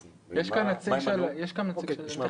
יש כאן נציג שלה, תיכף נשמע.